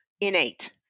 innate